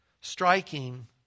striking